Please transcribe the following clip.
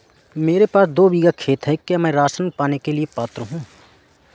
मेरे पास दो बीघा खेत है क्या मैं राशन पाने के लिए पात्र हूँ?